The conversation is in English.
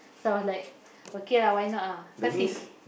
so I was like okay lah why not ah cause he